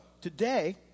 today